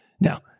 Now